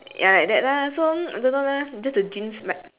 ya like that ah so I don't know lah just the genes like